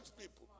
people